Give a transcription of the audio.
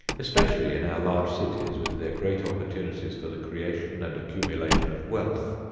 especially in our large cities with their great opportunities for the creation and accumulation of wealth,